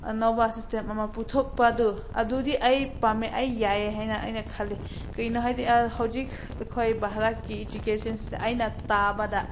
ꯑꯅꯧꯕ ꯁꯤꯁꯇꯦꯝ ꯑꯃ ꯄꯨꯊꯣꯛꯄꯗꯨ ꯑꯗꯨꯗꯤ ꯑꯩ ꯄꯥꯝꯃꯦ ꯑꯩ ꯌꯥꯏ ꯍꯥꯏꯅ ꯑꯩꯅ ꯈꯜꯂꯤ ꯀꯔꯤꯒꯤꯅꯣ ꯍꯥꯏꯗꯤ ꯍꯧꯖꯤꯛ ꯑꯩꯈꯣꯏ ꯚꯥꯔꯠꯀꯤ ꯏꯖꯨꯀꯦꯁꯟꯁ ꯑꯩꯅ ꯇꯥꯕꯗ